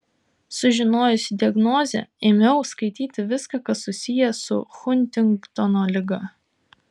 sužinojusi diagnozę ėmiau skaityti viską kas susiję su huntingtono liga